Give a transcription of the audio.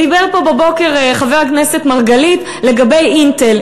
דיבר פה בבוקר חבר כנסת מרגלית לגבי "אינטל".